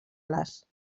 les